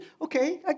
Okay